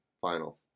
finals